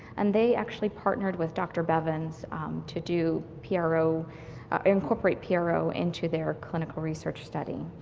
and they actually partnered with dr. bevans to do pro incorporate pro into their clinical research study.